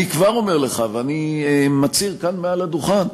אני כבר אומר לך, ואני מצהיר כאן מעל הדוכן,